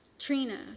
Trina